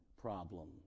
problem